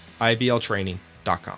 ibltraining.com